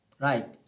Right